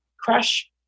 crash